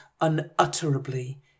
unutterably